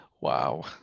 Wow